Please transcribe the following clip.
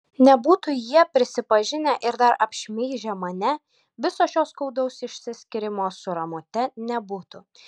nebūtų jie prisipažinę ir dar apšmeižę mane viso šio skaudaus išsiskyrimo su ramute nebūtų